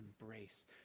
embrace